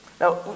Now